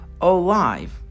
alive